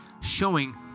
showing